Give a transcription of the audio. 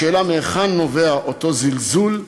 השאלה היא מהיכן נובע אותו זלזול,